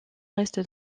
reste